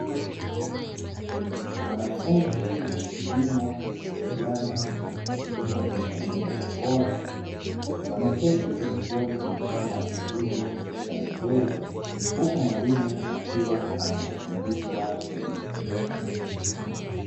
Wanafunzi wa kilimo vijana kwa watu wazima waliovalia barakoa, wameketi pembezoni mwa shamba la mahindi lililo stawi vizuri huku mwalimu akiwa anawafundisha pembeni.